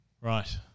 Right